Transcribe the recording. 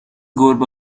گربه